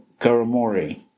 Karamori